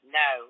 no